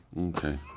okay